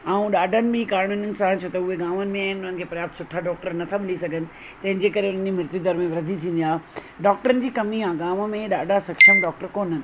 ऐं ॾाढनि ई कारणनि सां छो त हू गांवनि में आहिनि त उन्हनि खे पर्याप्त सुठा डॉक्टर नथा मिली सघनि तंहिं जे करे उन्हनि जी मृत्यु दर में वृधी थींदी आहे डॉक्टरनि जी कमी आहे गांव में ॾाढा सक्षम डॉक्टर कोन्हनि